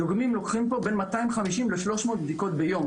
הדוגמים פה לוקחים 250-300 בדיקות ביום.